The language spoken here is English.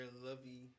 lovey